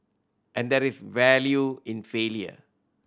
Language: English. and there is value in failure